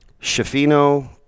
Shafino